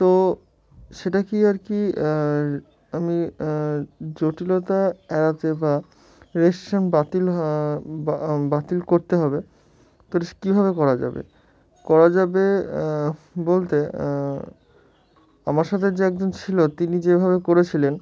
তো সেটা কি আর কি আমি জটিলতা এড়াতে বা রেজিস্ট্রেশান বাতিল বাতিল করতে হবে তো কীভাবে করা যাবে করা যাবে বলতে আমার সাথে যে একজন ছিলো তিনি যেভাবে করেছিলেন